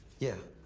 yeah.